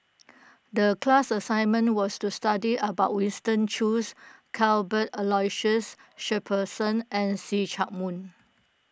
the class assignment was to study about Winston Choos Cuthbert Aloysius Shepherdson and See Chak Mun